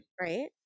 Right